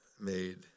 made